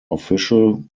official